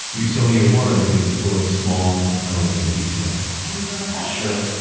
usonia one is full of small, elegant detail can we go inside? sure.